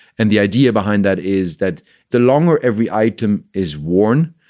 and the idea behind that is that the longer every item is worn,